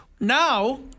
Now